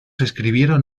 escribieron